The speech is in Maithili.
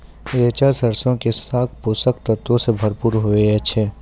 रैचा सरसो के साग पोषक तत्वो से भरपूर होय छै